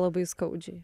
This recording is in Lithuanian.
labai skaudžiai